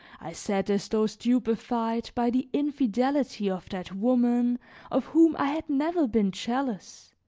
i sat as though stupefied by the infidelity of that woman of whom i had never been jealous,